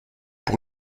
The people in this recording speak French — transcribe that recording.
pour